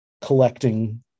collecting